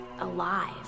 alive